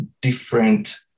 different